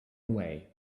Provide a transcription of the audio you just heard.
away